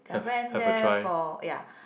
I went there for ya